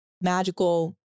magical